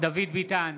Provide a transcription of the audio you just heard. דוד ביטן,